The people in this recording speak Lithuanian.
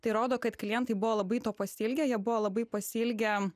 tai rodo kad klientai buvo labai to pasiilgę jie buvo labai pasiilgę